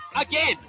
Again